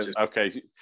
okay